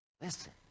Listen